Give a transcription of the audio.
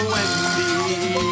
Wendy